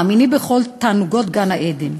מאמינים בכל תענוגות גן-עדן.